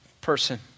person